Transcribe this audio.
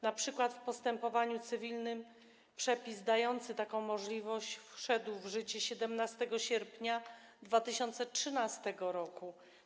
Na przykład w postępowaniu cywilnym przepis dający taką możliwość wszedł w życie 17 sierpnia 2013 r.